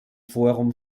forum